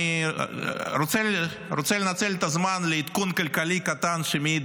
אני רוצה לנצל את הזמן לעדכון כלכלי קטן שמעיד